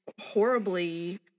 horribly